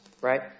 Right